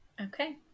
okay